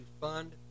fund